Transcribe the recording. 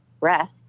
rest